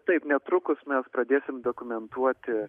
taip netrukus mes pradėsim dokumentuoti